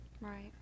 right